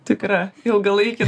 tikrą ilgalaikį